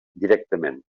directament